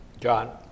John